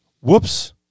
whoops